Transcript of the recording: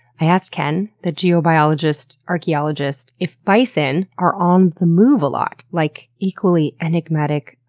i asked ken, the geobiologist archaeologist, if bison are on the move a lot, like equally enigmatic,